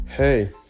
Hey